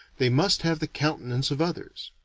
they must have the countenance of others.